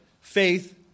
faith